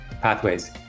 pathways